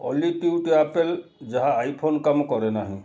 ଅଲି tweet Apple ଯାହା iPhone କାମ କରେ ନାହିଁ